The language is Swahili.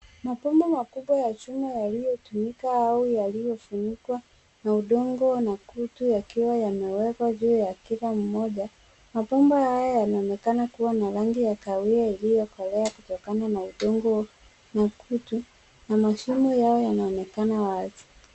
Mabomba makubwa ya chuma yaliyotumika au yaliyofunikwa na udongo na kutu yakiwa yamewekwa juu ya kila mmoja. Mabomba haya yanaonekana kuwa na rangi ya kawiri iliyokolea kutokana na udongo na kutu na mashimo yao yanaonekana wazi.